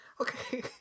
Okay